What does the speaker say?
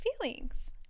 feelings